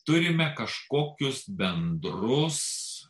turime kažkokius bendrus